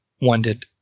wanted